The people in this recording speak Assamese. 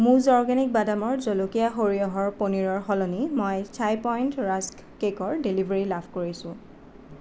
মুজ অৰ্গেনিক বাদামৰ জলকীয়া সৰিয়হৰ পনীৰৰ সলনি মই চাই পইণ্ট ৰাস্ক কেকৰ ডেলিভাৰী লাভ কৰিছোঁ